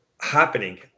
happening